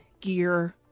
gear